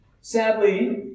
Sadly